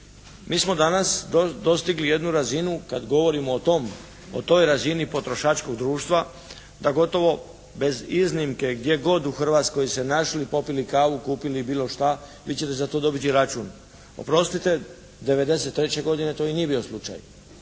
Mi smo danas dostigli jednu razinu kad govorimo o tom, o toj razini potrošačkog društva da gotovo bez iznimke gdje kod u Hrvatskoj se našli, popili kavu, kupili bilo šta vi ćete za to dobiti račun. Oprostite, '93. godine to i nije bio slučaj,